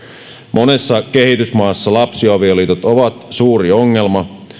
monessa kehitysmaassa lapsiavioliitot ovat suuri ongelma